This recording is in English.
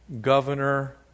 governor